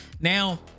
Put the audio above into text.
now